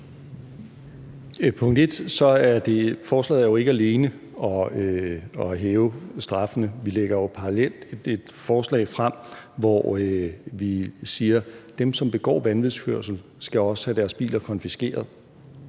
(Nick Hækkerup): Forslaget går jo ikke alene ud på at hæve straffene. Vi lægger jo parallelt et forslag frem, hvor vi siger, at dem, som begår vanvidskørsel, også skal have deres biler beslaglagt,